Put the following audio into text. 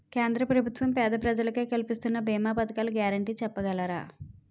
కేంద్ర ప్రభుత్వం పేద ప్రజలకై కలిపిస్తున్న భీమా పథకాల గ్యారంటీ చెప్పగలరా?